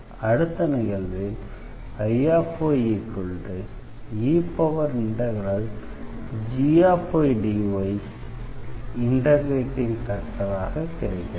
அடுத்த நிகழ்வில் Iye∫gydy integrating ஃபேக்டராக கிடைத்தது